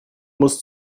musst